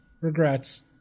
Regrets